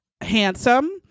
handsome